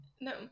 No